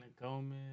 Gomez